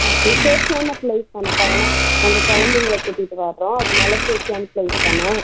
இது சேஃப்டியான பிளேஸ் தானே சார் ஏன்னா நாங்கள் குழந்தைகள கூட்டிட்டு வர்றோம் அதனால் சேஃப்டியான பிளேஸ் தானே